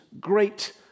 great